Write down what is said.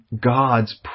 God's